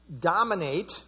dominate